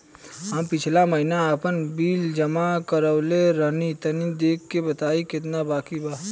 हम पिछला महीना आपन बिजली बिल जमा करवले रनि तनि देखऽ के बताईं केतना बाकि बा?